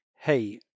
Hey